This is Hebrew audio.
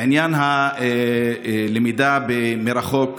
לעניין הלמידה מרחוק,